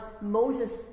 Moses